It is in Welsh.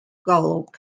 golwg